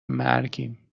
مرگیم